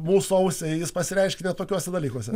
mūsų ausiai jis pasireiškia net tokiuose dalykuose